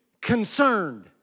concerned